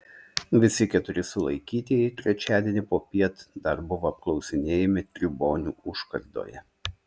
visi keturi sulaikytieji trečiadienį popiet dar buvo apklausinėjami tribonių užkardoje